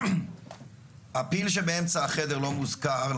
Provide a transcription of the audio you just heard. הפיל שבאמצע החדר לא מוזכר,